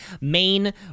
main